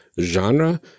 genre